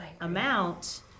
amount